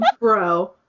Bro